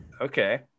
Okay